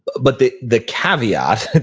but the the caveat,